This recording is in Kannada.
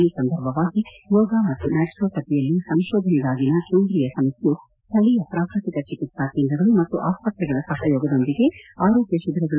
ಈ ಸಂದರ್ಭವಾಗಿ ಯೋಗ ಮತ್ತು ನ್ಯಾಚುರೋಪತಿಯಲ್ಲಿ ಸಂಶೋಧನೆಗಾಗಿನ ಕೇಂದ್ರೀಯ ಸಮಿತಿಯು ಸ್ವಳೀಯ ಪ್ರಾಕೃತಿಕ ಚಿಕಿತ್ಸಾ ಕೇಂದ್ರಗಳು ಮತ್ತು ಆಸ್ಪತ್ರೆಗಳ ಸಹಯೋಗದೊಂದಿಗೆ ಆರೋಗ್ಯ ಶಿಬಿರಗಳು